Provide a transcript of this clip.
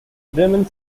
bremen